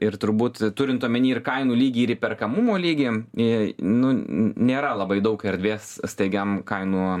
ir turbūt turint omenyje ir kainų lygį ir įperkamumo lygį a nu nėra labai daug erdvės staigiam kainų